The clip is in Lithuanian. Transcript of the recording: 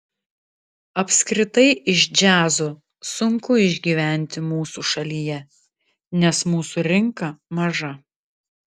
apskritai iš džiazo sunku išgyventi mūsų šalyje nes mūsų rinka maža